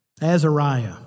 Azariah